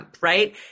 right